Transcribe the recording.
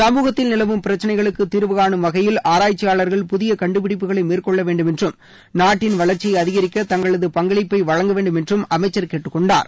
சமூகத்தில் நிலவும் பிரச்னைகளுக்கு தீர்வுகானும் வகையில் ஆராய்ச்சியாளர்கள் புதிய கண்டுபிடிப்புகளை மேற்கொள்ளவேண்டும் என்றும் நாட்டின் வளர்ச்சியை அதிகரிக்க தங்களது பங்களிப்பை வழங்கவேண்டும் என்றும் அமைச்சர் கேட்டுக்கொண்டார்